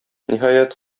ниһаять